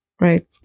right